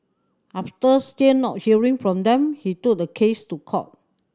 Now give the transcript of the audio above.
after still not hearing from them he took the case to court